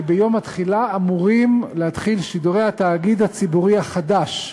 כי ביום התחילה אמורים להתחיל שידורי תאגיד השידור הציבורי החדש,